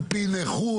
על פי נכות,